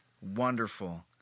Wonderful